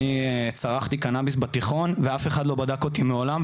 אני צרכתי קנאביס בתיכון ואף אחד לא בדק אותי מעולם,